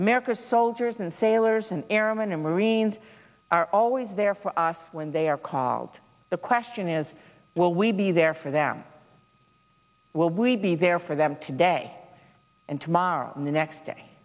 america's soldiers and sailors and airmen and marines are always there for us when they are called the question is will we be there for them will we be there for them today and tomorrow and the next day